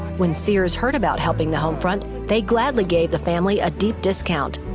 when sears heard about helping the home front, they gladly gave the family a deep discount.